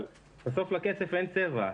אבל בסוף לכסף אין צבע.